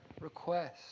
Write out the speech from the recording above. request